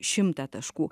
šimtą taškų